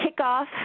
kickoff